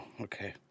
Okay